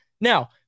Now